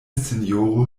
sinjoro